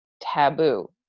taboo